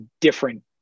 different